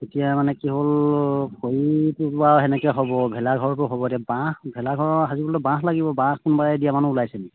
এতিয়া মানে কি হ'ল খৰিটো বাৰু তেনেকৈ হ'ব ভেলাঘৰটো হ'ব এতিয়া বাঁহ ভেলাঘৰ সাজিবলৈ বাঁহ লাগিব বাঁহ কোনোবাই দিয়া মানুহ ওলাইছেনি